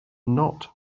not